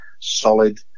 solid